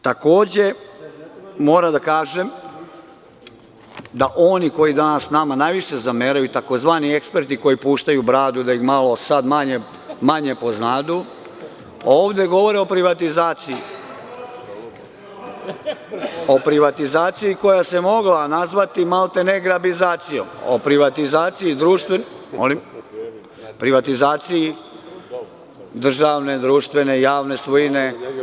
Takođe, moram da kažem, oni koji danas nama najviše zameraju, tzv. eksperti koji puštaju bradu da ih sad manje poznaju, ovde govore o privatizaciji, o privatizaciji koja se mogla nazvati maltene grabizacijom, o privatizaciji državne, društvene, javne svojine.